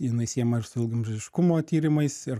jinai siejama ir su ilgaamžiškumo tyrimais ir